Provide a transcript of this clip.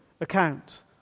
account